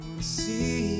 See